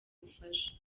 ubufasha